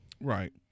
Right